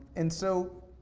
and so,